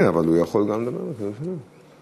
התשע"ה 2014, מטעם ועדת החוקה, חוק ומשפט, לקריאה